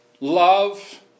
love